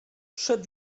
przed